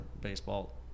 baseball